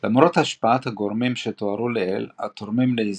למרות השפעת הגורמים שתוארו לעיל התורמים לאיזון,